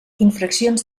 infraccions